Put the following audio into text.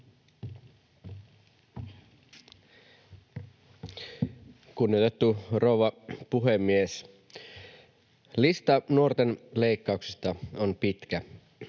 Kunnioitettu rouva puhemies! Lista nuorten leikkauksista on pitkä.